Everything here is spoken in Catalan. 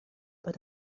per